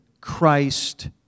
Christ